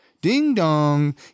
Ding-dong